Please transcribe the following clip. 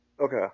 Okay